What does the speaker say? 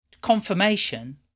confirmation